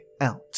out